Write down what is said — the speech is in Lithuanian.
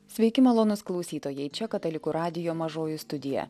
sveiki malonūs klausytojai čia katalikų radijo mažoji studija